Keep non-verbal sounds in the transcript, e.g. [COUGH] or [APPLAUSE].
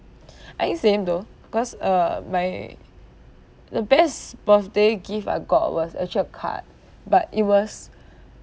[BREATH] I think same though cause uh my the best birthday gift I got was actually a card but it was [BREATH]